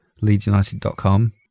leedsunited.com